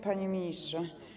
Panie Ministrze!